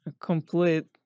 Complete